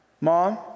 Mom